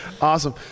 Awesome